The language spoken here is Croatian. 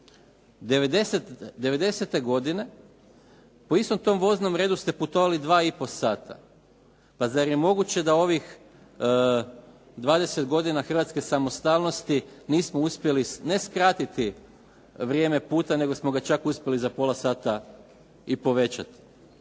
'90. godine po istom tom voznom redu ste putovali 2,5 sata. Pa zar je moguće da ovih 20 godina hrvatske samostalnosti nismo uspjeli, ne skratiti vrijeme puta, nego smo ga čak uspjeli za pola sata i povećati.